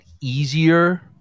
easier